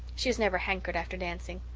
she has never hankered after dancing.